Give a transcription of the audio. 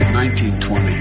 1920